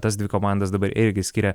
tas dvi komandas dabar irgi skiria